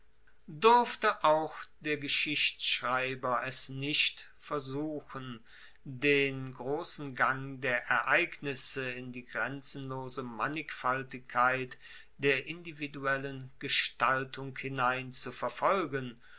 durfte auch der geschichtschreiber es nicht versuchen den grossen gang der ereignisse in die grenzenlose mannigfaltigkeit der individuellen gestaltung hinein zu verfolgen